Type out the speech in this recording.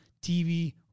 TV